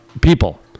people